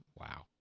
Wow